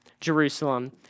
Jerusalem